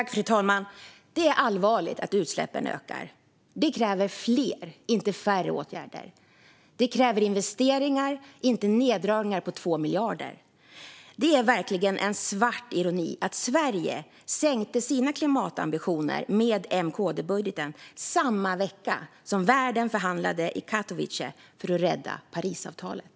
Fru talman! Det är allvarligt att utsläppen ökar. Det kräver fler, inte färre, åtgärder. Det kräver investeringar, inte neddragningar med 2 miljarder. Det är verkligen svart ironi att Sverige sänkte sina klimatambitioner med M-KD-budgeten samma vecka som världen förhandlade i Katowice för att rädda Parisavtalet.